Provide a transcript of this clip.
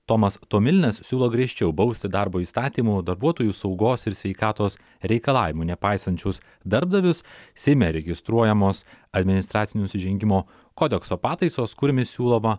tomas tomilinas siūlo griežčiau bausti darbo įstatymų darbuotojų saugos ir sveikatos reikalavimų nepaisančius darbdavius seime registruojamos administracinių nusižengimų kodekso pataisos kuriomis siūloma